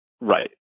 Right